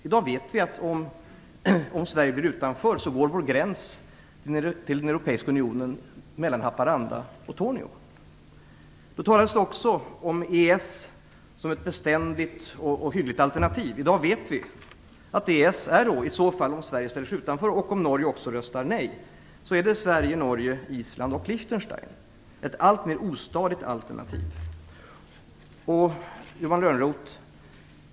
I dag vet vi att om Sverige blir utanför, går vår gräns till den Europeiska unionen mellan Haparanda och Torneå. Då talades det också om EES som ett beständigt och hyggligt alternativ. I dag vet vi att EES, om Sverige ställer sig utanför och om Norge också röstar nej, omfattar endast Sverige, Norge, Island och Liechtenstein, ett alltmer ostadigt alternativ.